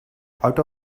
out